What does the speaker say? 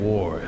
War